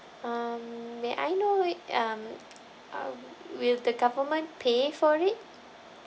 um may I know wi~ um uh will the government pay for it